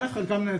א', חלקם נעצרו.